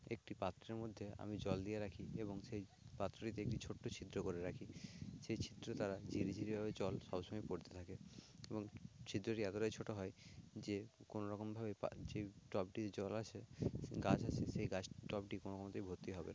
একটি পাত্রের মধ্যে আমি জল দিয়ে রাখি এবং সেই পাত্রটিতে একটি ছোটো ছিদ্র করে রাখি সেই ছিদ্র দ্বারা ঝিরিঝিরিভাবে জল সবসময় পড়তে থাকে এবং ছিদ্রটি এতটাই ছোটো হয় যে কোনো রকমভাবে যে টবটিতে জল আছে গাছ আছে সেই টবটি কোনো মতেই ভর্তি হবে না